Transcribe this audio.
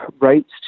rights